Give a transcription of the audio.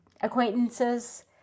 acquaintances